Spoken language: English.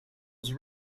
those